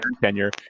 tenure